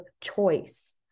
choice